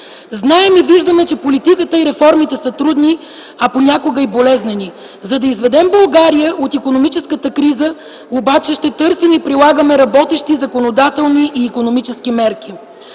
Знаем и виждаме, че политиката и реформите са трудни, а понякога и болезнени. За да изведем България от икономическата криза обаче ще търсим и прилагаме работещи законодателни и икономически мерки.